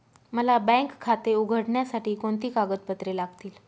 मला बँक खाते उघडण्यासाठी कोणती कागदपत्रे लागतील?